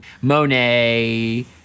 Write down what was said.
Monet